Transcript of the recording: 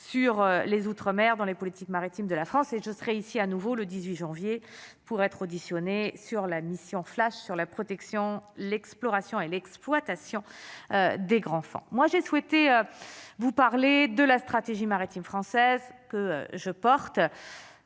sur les Outre-Mer dans la politique maritime de la France et je serai ici à nouveau le 18 janvier pour être auditionné sur la mission flash sur la protection, l'exploration et l'exploitation des grands enfants, moi, j'ai souhaité vous parlez de la stratégie maritime française que je porte